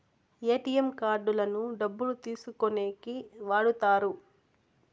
ATM కార్డులను డబ్బులు తీసుకోనీకి వాడుతారు